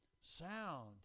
sound